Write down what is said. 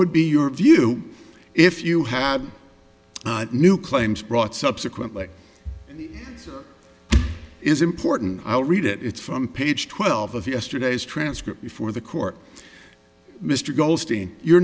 would be your view if you have new claims brought subsequently is important i'll read it it's from page twelve of yesterday's transcript before the court mr